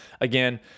Again